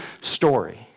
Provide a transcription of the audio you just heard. story